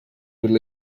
would